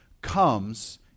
comes